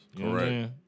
Correct